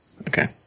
okay